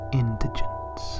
indigence